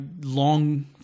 long